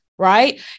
right